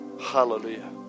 Hallelujah